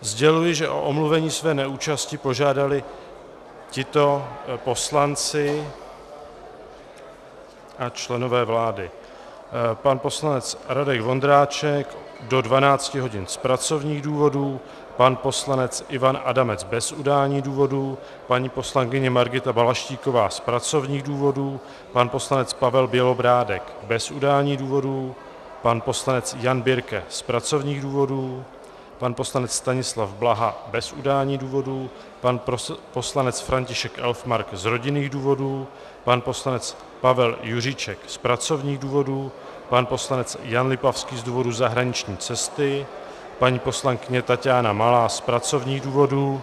Sděluji, že o omluvení své neúčasti požádali tito poslanci a členové vlády: pan poslanec Radek Vondráček do 12 hodin z pracovních důvodů, pan poslanec Ivan Adamec bez udání důvodu, paní poslankyně Margita Balaštíková z pracovních důvodů, pan poslanec Pavel Bělobrádek bez udání důvodu, pan poslanec Jan Birke z pracovních důvodů, pan poslanec Stanislav Blaha bez udání důvodu, pan poslanec František Elfmark z rodinných důvodů, pan poslanec Pavel Juříček z pracovních důvodů, pan poslanec Jan Lipavský z důvodu zahraniční cesty, paní poslankyně Taťána Malá z pracovních důvodů.